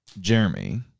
Jeremy